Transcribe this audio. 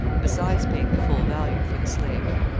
besides paying the full value for the slave.